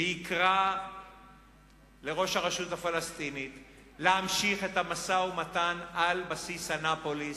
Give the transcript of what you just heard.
ויקרא לראש הרשות הפלסטינית להמשיך את המשא-ומתן על בסיס אנאפוליס,